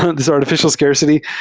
ah this artificial scarcity.